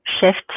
shift